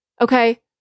Okay